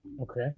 Okay